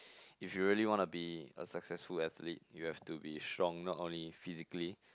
if you really want to be a successful athlete you have to be strong not only physically